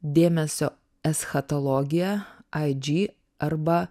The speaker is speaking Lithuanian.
dėmesio eschatologija ai dži arba